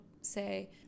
say